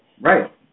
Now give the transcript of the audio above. Right